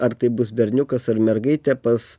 ar tai bus berniukas ar mergaitė pas